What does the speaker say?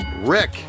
Rick